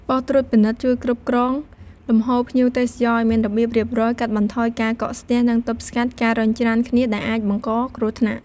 បុស្តិ៍ត្រួតពិនិត្យជួយគ្រប់គ្រងលំហូរភ្ញៀវទេសចរណ៍ឲ្យមានរបៀបរៀបរយ កាត់បន្ថយការកកស្ទះនិងទប់ស្កាត់ការរុញច្រានគ្នាដែលអាចបង្កគ្រោះថ្នាក់។